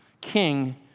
King